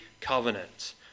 covenant